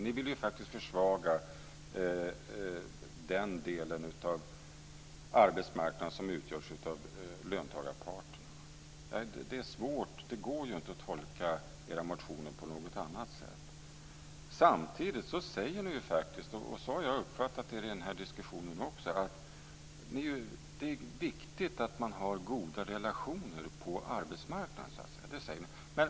Ni vill faktiskt försvaga den del av arbetsmarknaden som utgörs av löntagarparterna. Det går inte att tolka era motioner på något annat sätt. Samtidigt säger ni, och så har jag uppfattat den här diskussionen också, att det är viktigt att man har goda relationer på arbetsmarknaden.